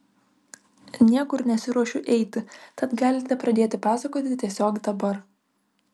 niekur nesiruošiu eiti tad galite pradėti pasakoti tiesiog dabar